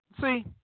see